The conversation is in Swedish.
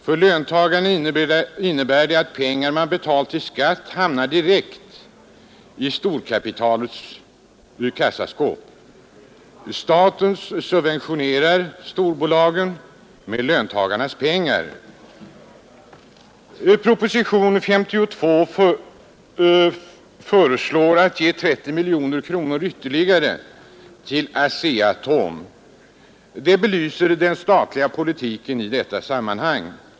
För löntagarna vär det att pengar man betalt i skatt hamnar direkt i storkapitalets kassaskåp. Staten subventio nerar storbolagen med löntagarnas pengar. I propositionen 52 föreslås ytterligare 30 miljoner kronor till ASEA-Atom. Det belyser den statliga politiken i detta sammanhang.